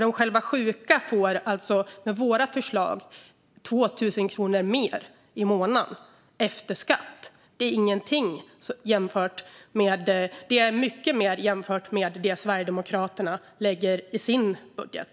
De sjuka får med våra förslag 2 000 kronor mer i månaden efter skatt. Det är mycket mer än med det som Sverigedemokraterna lägger på dem i sin budget.